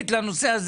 לא משנה ממי זה הגיע.